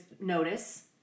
notice